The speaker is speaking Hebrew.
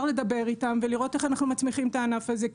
לדבר איתם ולראות איך אנחנו מצמיחים את הענף הזה,